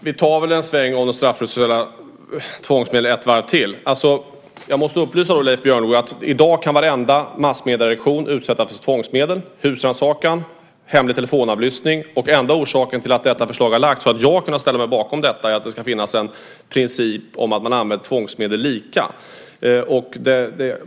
Fru talman! Vi tar väl de straffrättsliga tvångsmedlen ett varv till. Jag måste upplysa Leif Björnlod om att varenda massmedieredaktion i dag kan utsättas för tvångsmedel - husrannsakan och hemlig telefonavlyssning. Den enda orsaken till att förslaget i fråga lagts fram och till att jag har kunnat ställa mig bakom det är att det ska finnas en princip om att använda tvångsmedel lika.